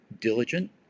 diligent